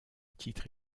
titre